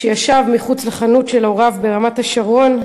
שישב מחוץ לחנות של הוריו ברמת-השרון,